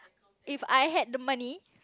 if I had the money